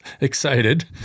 excited